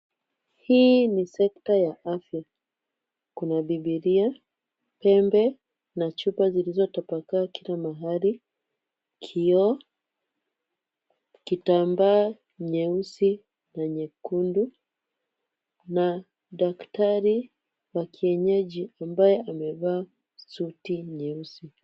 Hii ni sekta ya afya. Kuna bibilia, pembe, na chupa zilizotapakaa kila pahali, kioo, kitambaa nyeusi na nyekundu, na daktari wa kienyeji ambaye amevaa suti nyeusi.